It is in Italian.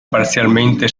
parzialmente